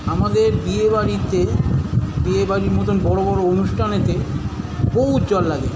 আমাদের বিয়ে বাড়িতে বিয়ে বাড়ির মতন বড় বড় অনুষ্ঠানে বহু জল লাগে